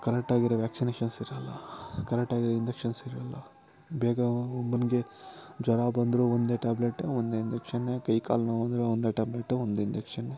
correct ಆಗಿರೋ vaccinations ಇರೋಲ್ಲ correct ಆಗಿರೋ ಇಂಜೆಕ್ಷನ್ಸ್ ಇರೋಲ್ಲ ಬೇಗ ಒಬ್ಬನಿಗೆ ಜ್ವರ ಬಂದರೂ ಒಂದೇ ಟ್ಯಾಬ್ಲೆಟೇ ಒಂದೇ ಇಂಜೆಕ್ಷನ್ನೇ ಕೈ ಕಾಲು ನೋವಾದರೂ ಒಂದೇ ಟ್ಯಾಬ್ಲೆಟ್ಟೇ ಒಂದೇ ಇಂಜೆಕ್ಷನ್